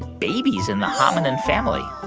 babies in the hominid family